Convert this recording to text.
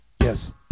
yes